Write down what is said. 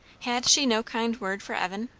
had she no kind word for evan?